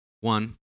one